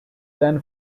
then